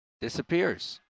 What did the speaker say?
Disappears